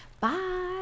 bye